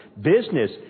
business